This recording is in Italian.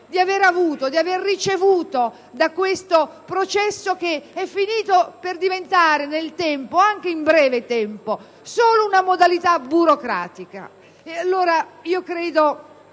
di aver ricevuto da questo processo, che è finito per diventare nel tempo, anche in breve tempo, solo una modalità burocratica?